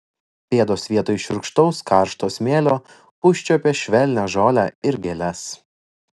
pėdos vietoj šiurkštaus karšto smėlio užčiuopė švelnią žolę ir gėles